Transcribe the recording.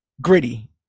gritty